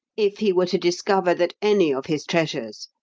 if he were to discover that any of his treasures,